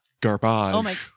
garbage